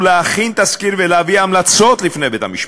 להכין תסקיר ולהביא המלצות לפני בית-המשפט.